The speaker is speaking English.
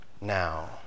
Now